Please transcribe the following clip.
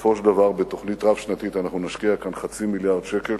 בסופו של דבר בתוכנית רב-שנתית אנחנו נשקיע כאן כחצי מיליארד שקל.